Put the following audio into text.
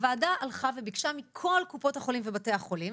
הוועדה הלכה וביקשה מכל קופות החולים ובתי החולים